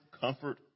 comfort